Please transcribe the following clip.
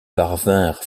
parvinrent